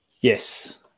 Yes